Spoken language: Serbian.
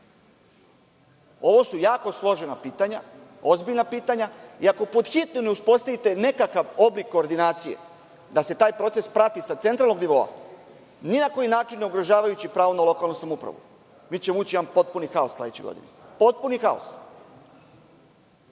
su jako složena pitanja, ozbiljna pitanja. Ako pod hitno ne uspostavite nekakav oblik koordinacije da se taj proces prati sa centralnog nivoa, ni na koji način ne ugrožavajući pravo na lokalnu samoupravu, mi ćemo ući u jedan potpuni haos sledeće godine. Ovo je još